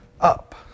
up